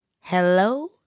Hello